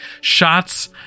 shots